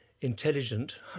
intelligent